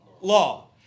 law